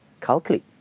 calculate